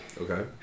Okay